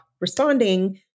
responding